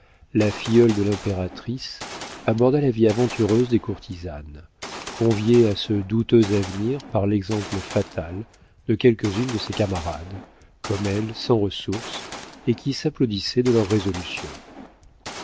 la filleule de l'impératrice aborda la vie aventureuse des courtisanes conviée à ce douteux avenir par l'exemple fatal de quelques-unes de ses camarades comme elle sans ressources et qui s'applaudissaient de leur résolution